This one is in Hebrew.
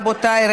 רבותיי,